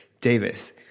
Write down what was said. Davis